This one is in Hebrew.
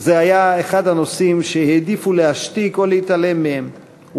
זה היה אחד הנושאים שהעדיפו להשתיקם או להתעלם מהם,